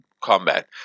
combat